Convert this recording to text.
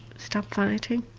stop fighting,